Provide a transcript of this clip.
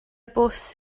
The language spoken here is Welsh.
bws